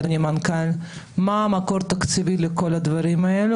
אדוני המנכ"ל מה המקור התקציבי לכל הדברים האלה